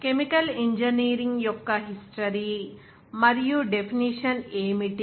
chemical engineering యొక్క history మరియు definition ఏమిటి